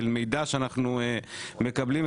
של מידע שאנחנו מקבלים.